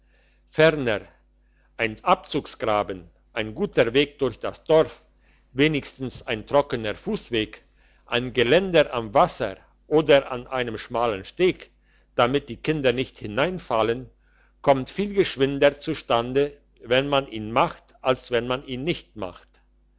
ferner ein abzugsgraben ein guter weg durch das dorf wenigstens ein trockener fussweg ein geländer am wasser oder an einem schmalen steg damit die kinder nicht hineinfallen kommt viel geschwinder zustande wenn man ihn macht als wenn man ihn nicht macht